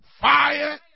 Fire